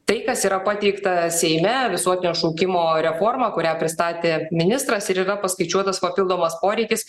tai kas yra pateikta seime visuotinio šaukimo reforma kurią pristatė ministras ir yra paskaičiuotas papildomas poreikis